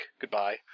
goodbye